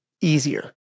easier